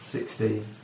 Sixteen